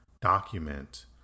document